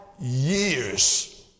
years